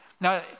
Now